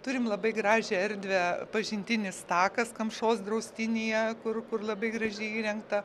turim labai gražią erdvę pažintinis takas kamšos draustinyje kur kur labai gražiai įrengta